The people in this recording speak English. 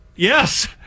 Yes